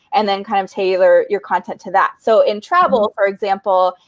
and then, kind of tailor your content to that. so in travel, for example,